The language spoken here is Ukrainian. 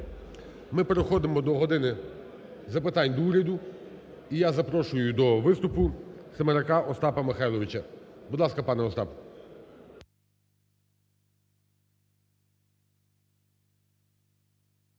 Ми переходимо до "година запитань до Уряду". І я запрошую до виступу Семерака Остапа Михайловича. Будь ласка, пане Остап.